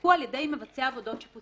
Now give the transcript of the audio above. שסופקו על-ידי מבצע עבודות שיפוצים.